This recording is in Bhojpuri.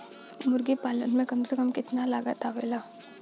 मुर्गी पालन में कम से कम कितना लागत आवेला?